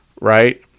right